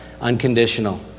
unconditional